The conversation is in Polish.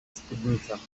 spódnicach